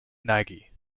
nagy